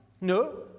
No